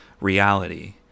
reality